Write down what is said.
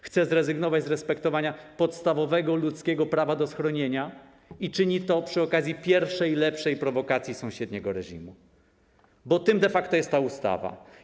Chce zrezygnować z respektowania podstawowego ludzkiego prawa do schronienia i czyni to przy okazji pierwszej lepszej prowokacji sąsiedniego reżimu, bo tym de facto jest ta ustawa.